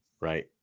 right